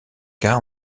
cas